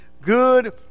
good